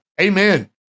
amen